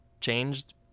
changed